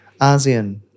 ASEAN